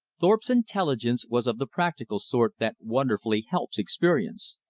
thorpe's intelligence was of the practical sort that wonderfully helps experience.